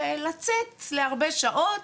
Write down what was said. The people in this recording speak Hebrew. ולצאת להרבה שעות,